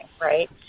right